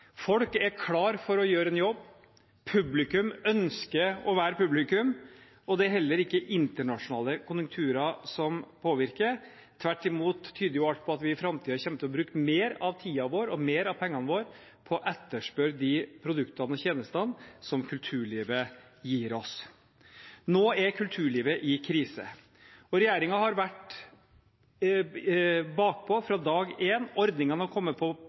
Folk er klare til å gjøre en jobb. Publikum ønsker å være publikum, og det er heller ikke internasjonale konjunkturer som påvirker. Tvert imot tyder jo alt på at vi i framtiden kommer til å bruke mer av tiden vår og pengene våre på å etterspørre de produktene og tjenestene som kulturlivet gir oss. Nå er kulturlivet i krise. Regjeringen har vært bakpå fra dag én. Ordningene har kommet på